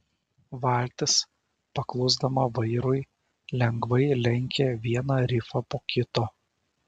valtis paklusdama vairui lengvai lenkė vieną rifą po kito